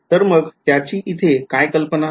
तर मग त्याची इथे काय कल्पना आहे